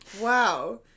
Wow